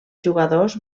jugadors